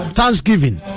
Thanksgiving